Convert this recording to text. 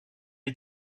est